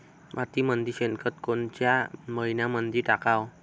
मातीमंदी शेणखत कोनच्या मइन्यामंधी टाकाव?